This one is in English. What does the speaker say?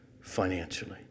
financially